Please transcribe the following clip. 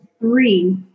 three